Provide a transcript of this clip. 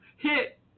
Hit